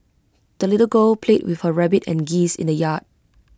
the little girl played with her rabbit and geese in the yard